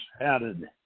added